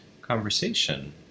conversation